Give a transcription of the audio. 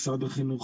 משרד החינוך,